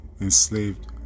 Enslaved